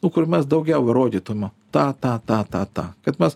nu kur mes daugiau rodytum tą tą tą tą tą kad mes